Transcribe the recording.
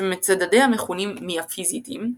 שמצדדיה מכונים מיאפיזיטים,